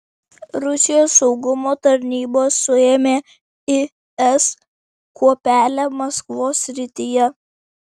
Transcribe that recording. rusijos saugumo tarnybos suėmė is kuopelę maskvos srityje